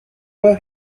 well